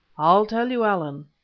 i'll tell you, allan.